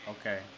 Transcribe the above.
Okay